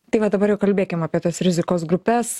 tai va dabar jau kalbėkim apie tas rizikos grupes